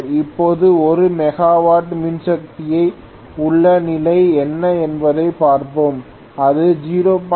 இப்போது 1 மெகாவாட் மின்சக்தியில் உள்ள நிலை என்ன என்பதைப் பார்ப்போம் இது 0